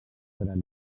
graner